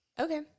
Okay